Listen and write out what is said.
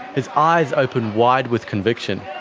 his eyes open wide with conviction.